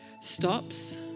...stops